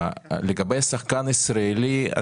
לגבי השחקן הישראלי,